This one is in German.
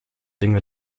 dinge